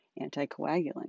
anticoagulant